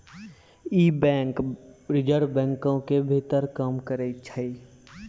इ bank reserve बैंको के भीतर काम करै छै